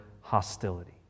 hostility